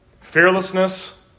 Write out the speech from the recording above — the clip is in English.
Fearlessness